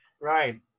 right